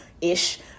ish